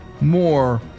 more